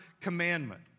commandment